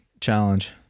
challenge